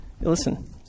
Listen